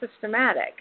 systematic